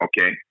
okay